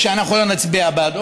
אנחנו לא נצביע בעדו?